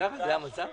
זה המצב?